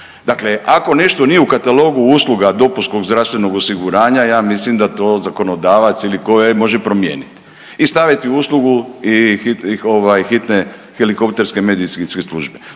Dakle ako nešto nije u katalog usluga dopunskog zdravstvenog osiguranja ja mislim da to zakonodavac ili ko je, može promijeniti i staviti uslugu ovaj Hitne helikopterske medicinske službe.